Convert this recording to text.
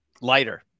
lighter